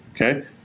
okay